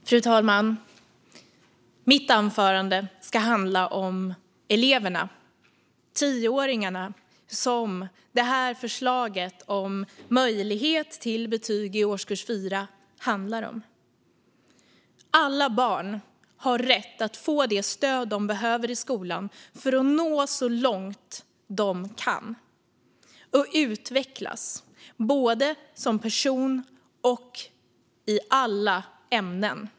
Fru talman! Mitt anförande ska handla om eleverna - om tioåringarna som det här förslaget om möjlighet till betyg i årskurs 4 handlar om. Alla barn har rätt att få det stöd de behöver i skolan för att nå så långt de kan och utvecklas både som person och i alla ämnen.